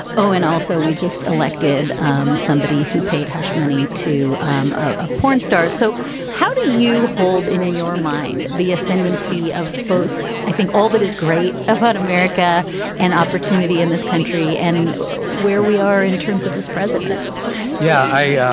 oh and also we just elected um somebody who paid hush money to um a porn star. so how do you hold in your mind the ascendancy of both. i think all that is great about america and opportunity in this country and where we are in terms of this president yeah i.